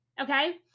okay